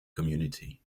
community